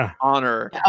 honor